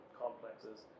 complexes